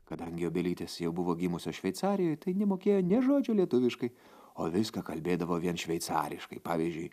kadangi obelytės jau buvo gimusios šveicarijoj tai nemokėjo nė žodžio lietuviškai o viską kalbėdavo vien šveicariškai pavyzdžiui